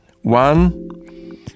one